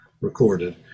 recorded